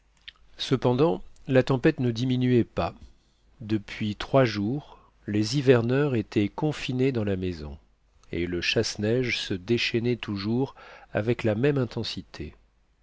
cependant la tempête ne diminuait pas depuis trois jours les hiverneurs étaient confinés dans la maison et le chasse-neige se déchaînait toujours avec la même intensité